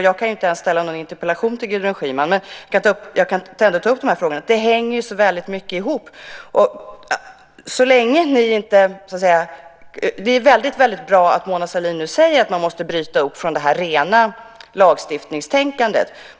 Jag kan inte ens ställa en interpellation till Gudrun Schyman, men jag kan ändå ta upp de här frågorna. De hänger väldigt mycket ihop. Det är väldigt bra att Mona Sahlin nu säger att man måste bryta upp från det rena lagstiftningstänkandet.